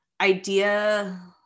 idea